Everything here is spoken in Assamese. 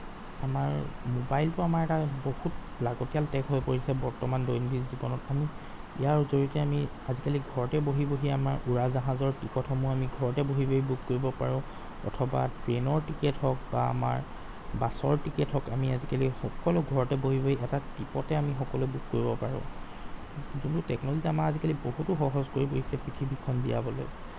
আমাৰ মোবাইলটো আমাৰ এটা বহুত লাগতিয়াল টেগ হৈ পৰিছে বৰ্তমান দৈনন্দিন জীৱনত আমি ইয়াৰ জৰিয়তে আমি আজিকালি ঘৰতেই বহি বহি আমাৰ উৰাজাহাজৰ টিকটসমূহ আমি ঘৰতেই বহি বহি বুক কৰিব পাৰোঁ অথবা ট্ৰেইনৰ টিকেট হওক বা আমাৰ বাছৰ টিকেট হওক আমি আজিকালি সকলো ঘৰতে বহি বহি এটা টিপতে আমি সকলো বুক কৰিব পাৰোঁ যোনটো টেকনলজিয়ে আমাৰ আজিকালি বহুতো সহজ কৰি তুলিছে পৃথিৱীখন জীয়াবলৈ